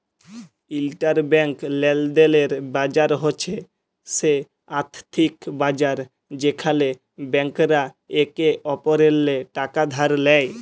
interbank লেলদেলের বাজার হছে সে আথ্থিক বাজার যেখালে ব্যাংকরা একে অপরেল্লে টাকা ধার লেয়